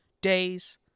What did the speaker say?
days